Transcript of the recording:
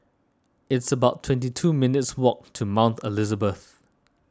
it's about twenty two minutes' walk to Mount Elizabeth